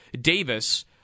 Davis